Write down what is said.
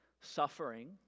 suffering